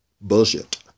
Bullshit